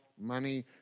money